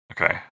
Okay